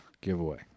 Giveaway